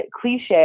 cliche